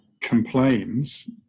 complains